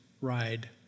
ride